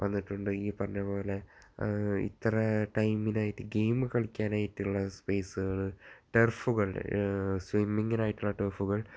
വന്നിട്ടുണ്ട് ഈ പറഞ്ഞ പോലെ ഇത്ര ടൈമിനായിട്ട് ഗെയിം കളിക്കാനായിട്ടുള്ള സ്പേസുകൾ ടെർഫുകൾ സ്വിമ്മിങ്ങിനായിട്ടുള്ള ടെർഫുകൾ